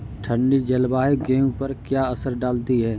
ठंडी जलवायु गेहूँ पर क्या असर डालती है?